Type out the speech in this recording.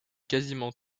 quasiment